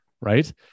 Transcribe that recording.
right